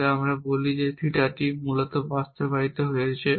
তবে আমরা বলি যে থিটাটি মূলত বাস্তবায়িত হয়েছে